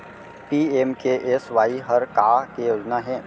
PMKSY हर का के योजना हे?